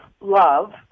love